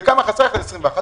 וכמה חסר לך ל-2021?